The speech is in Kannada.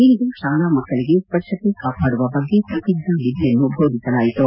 ಇಂದು ಶಾಲಾ ಮಕ್ಕಳಿಗೆ ಸ್ವಜ್ವತೆ ಕಾಪಾಡುವ ಬಗ್ಗೆ ಪ್ರತಿಜ್ವಾವಿಧಿಯನ್ನು ಬೋಧಿಸಲಾಯಿತು